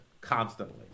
constantly